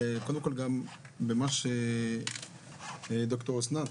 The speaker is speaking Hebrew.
קודם כל במה שד"ר אסנת